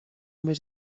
més